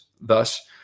Thus